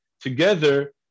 Together